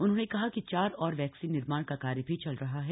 उन्होंने कहा कि चार और वैक्सीन निर्माण का कार्य भी चल रहा है